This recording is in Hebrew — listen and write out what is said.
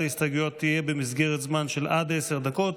ההסתייגויות תהיה במסגרת זמן של עד עשר דקות,